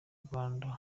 rwanda